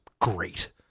great